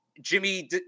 Jimmy